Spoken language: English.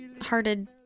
hearted